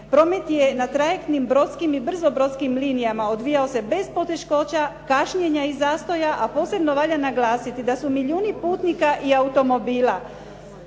promet je na trajektnim, brodskim i brzo brodskim linijama odvijao se bez poteškoća, kašnjenja i zastoja, a posebno valja naglasiti da su milijuni putnika i automobila